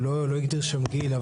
והוא לא הגדיר שם גיל.